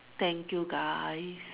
thank you guys